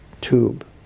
tube